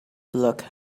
looked